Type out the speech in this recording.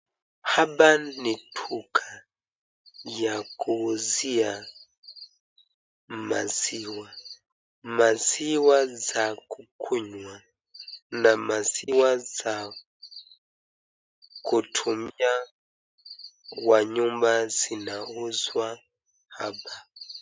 Hapa ni duka ya kuizia maziwa, maziwa za kukunywa na maziwa za kutumia kwa nyumba zinauzwa hapa.